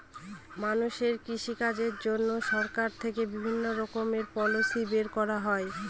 মানুষের কৃষিকাজের জন্য সরকার থেকে বিভিণ্ণ রকমের পলিসি বের করা হয়